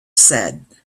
said